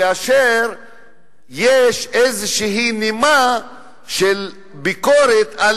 כאשר יש איזושהי נימה של ביקורת על